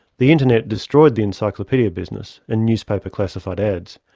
the internet destroyed the encyclopaedia business and newspaper classified ads.